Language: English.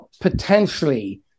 potentially